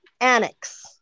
annex